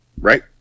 right